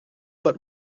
but